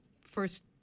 first